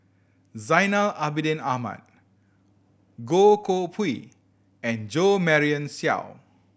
Zainal Abidin Ahmad Goh Koh Pui and Jo Marion Seow